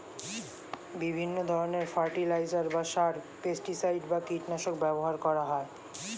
বিভিন্ন ধরণের ফার্টিলাইজার বা সার, পেস্টিসাইড বা কীটনাশক ব্যবহার করা হয়